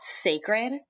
sacred